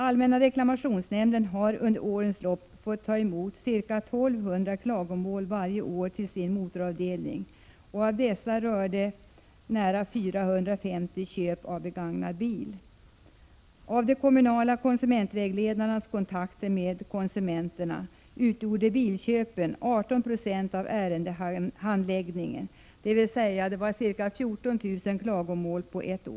Allmänna reklamationsnämnden har under årens lopp fått ta emot ca 1 200 klagomål varje år till sin motoravdelning. Av dessa rörde nära 450 köp av begagnad bil. Av de kommunala konsumentvägledarnas kontakter med konsumenterna utgjorde bilköpen 18 96 av ärendehandläggningen, dvs. 14 000 klagomål på ett år.